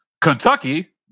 Kentucky